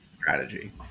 strategy